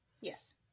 Yes